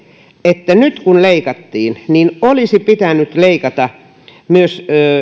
että nyt kun leikattiin niin olisi pitänyt leikata myös